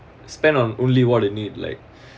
spend on only what you need like